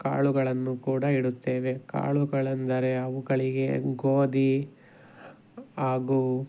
ಕಾಳುಗಳನ್ನು ಕೂಡ ಇಡುತ್ತೇವೆ ಕಾಳುಗಳೆಂದರೆ ಅವುಗಳಿಗೆ ಗೋಧಿ ಹಾಗೂ